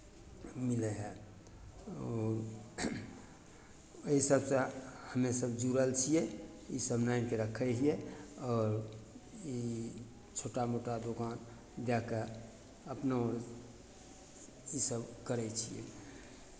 मिलै हइ एहि सभसँ हमे सभ जुड़ल छियै इसभ नानि कऽ रखै हियै आओर ई छोटा मोटा दोकान जा कऽ अपनो इसभ करै छियै